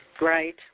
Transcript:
Right